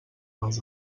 nos